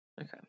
okay